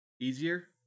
Easier